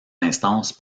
instances